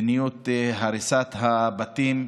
מדיניות הריסת הבתים,